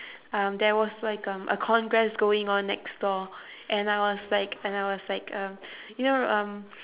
um there was like um a congress going on next door and I was like and I was like um you know um